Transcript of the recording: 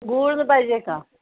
गूळ पाहिजे का